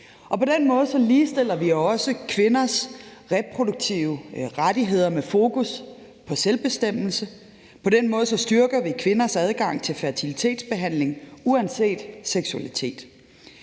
På den måde ligestiller vi også kvinders reproduktive rettigheder med fokus på selvbestemmelse, og på den måde styrker vi kvinders adgang til fertilitetsbehandling uanset seksualitet.